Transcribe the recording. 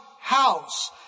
house